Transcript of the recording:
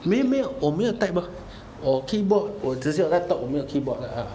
没有没有我没有 type 我 keyboard 我只是有 laptop 我没有 keyboard